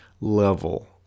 level